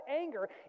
anger